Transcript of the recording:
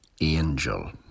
Angel